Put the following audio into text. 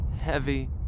heavy